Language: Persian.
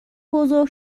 بزرگ